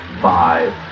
five